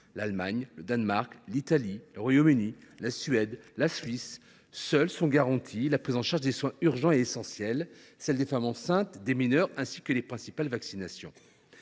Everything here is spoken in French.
l’Allemagne, le Danemark, l’Italie, le Royaume Uni, la Suède et la Suisse –, seules sont garanties la prise en charge des soins urgents et essentiels, celle des femmes enceintes et celle des mineurs, ainsi que les principales vaccinations.